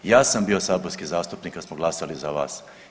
Ja sam bio saborski zastupnik kad smo glasali za vas.